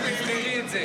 תבחרי את זה.